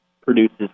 produces